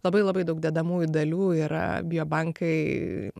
labai labai daug dedamųjų dalių ir biobankai